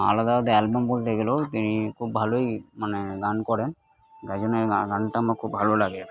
আলাদা আলাদা অ্যালবাম বলতে গেলেও তিনি খুব ভালোই মানে গান করেন গানটা আমার খুব ভালো লাগে